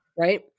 Right